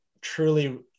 truly